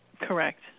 Correct